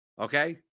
Okay